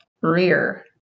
rear